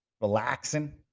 relaxing